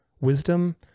wisdom